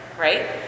right